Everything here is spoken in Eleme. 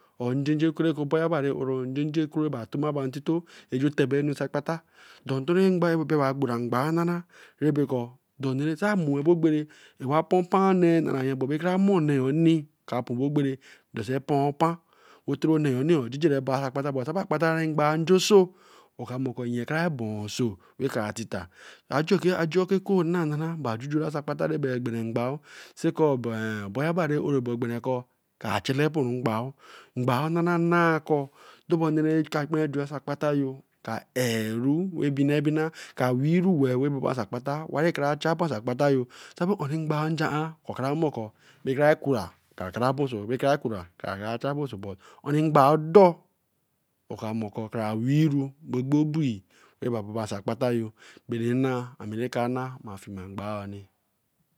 Njenje oku ra be kor oboba ra oro, njenje ku ma bae tamaba ntito aju tebe nu akpata, do tiren ngbao ba bey ngbao nana rebe kor do nee sai mo bogbere ka punpae nee naraye but kara mor enee ka pun ogbere doso pun pan, in nor jujiri a ban so akpata, ngbao joso a mor ko aye kra bonru so eh kra titia. Dra nnee ka kpata juen so bo kor sari una ngbao jian, okara more ko ekura, kra kra baso ekura kra boso but oni ngbao do omo ka mor kor kra weehru bobo gwee basan akptayo bainna ami ma fiema ngbao ni